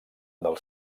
del